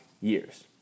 years